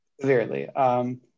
Severely